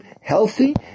healthy